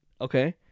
okay